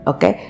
Okay